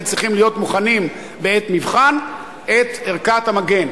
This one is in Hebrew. צריכים להיות מוכנים בעת מבחן עם ערכת המגן.